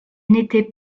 n’étaient